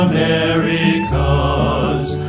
Americas